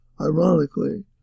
ironically